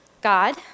God